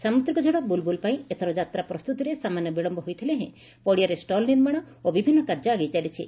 ସାମୁଦ୍ରିକ ଝଡ ବୁଲବୁଲ ପାଇଁ ଏଥର ଯାତ୍ରା ପସ୍ତୁତିରେ ସାମାନ୍ୟ ବିଳମ୍ୟ ହୋଇଥିଲେ ହେଁ ପଡ଼ିଆରେ ଷ୍ଟଲ ନିର୍ମାଶ ଓ ବିଭିନ୍ଦ କାର୍ଯ୍ୟ ଆଗେଇ ଚାଲିଛି